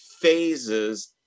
phases